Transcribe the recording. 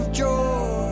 joy